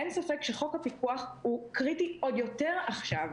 אין ספק שחוק הפיקוח קריטי עוד יותר עכשיו.